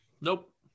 Nope